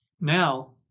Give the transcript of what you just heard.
now